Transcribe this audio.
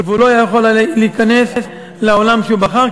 והוא לא היה יכול להיכנס לעולם שהוא בחר,